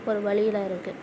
ஒரு வழியில் இருக்குது